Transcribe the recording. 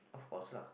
of course lah